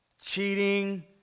cheating